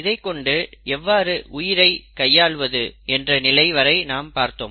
இதை கொண்டு எவ்வாறு உயிரை கையாள்வது என்ற நிலை வரை நாம் வந்தோம்